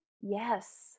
Yes